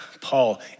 Paul